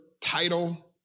title